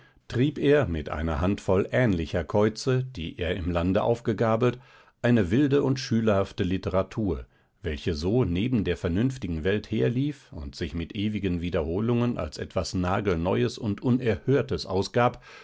trieb er mit einer handvoll ähnlicher käuze die er im lande aufgegabelt eine wilde und schülerhafte literatur welche so neben der vernünftigen welt herlief und sich mit ewigen wiederholungen als etwas nagelneues und unerhörtes ausgab